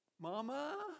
Mama